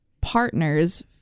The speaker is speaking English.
partners